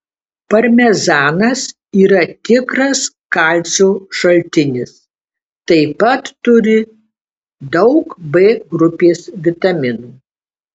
parmezanas yra tikras kalcio šaltinis taip pat turi daug b grupės vitaminų